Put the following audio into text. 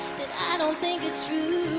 that i don't think it's true,